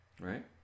right